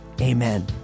amen